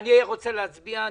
אני רוצה להצביע.